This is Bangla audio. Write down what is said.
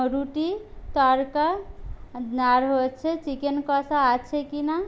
রুটি তড়কা আর হচ্ছে চিকেন কষা আছে কি না